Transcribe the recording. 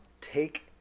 take